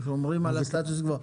השאלה מה הסטטוס קוו.